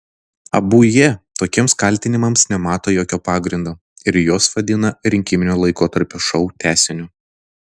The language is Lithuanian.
abu jie tokiems kaltinimams nemato jokio pagrindo ir juos vadina rinkiminio laikotarpio šou tęsiniu